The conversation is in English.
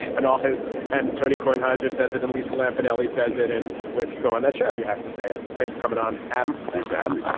and office and tony kornheiser says it and lisa lampanelli says it and when if you go on that show you have to say thanks for coming on. adam thanks for having me.